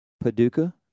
Paducah